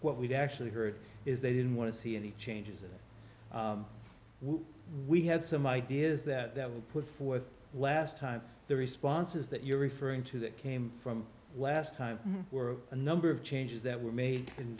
what we've actually heard is they didn't want to see any changes we had some ideas that would put forth last time the responses that you're referring to that came from last time were a number of changes that were made in